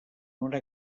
una